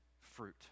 fruit